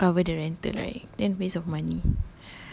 ya I will not cover the rental right then waste of money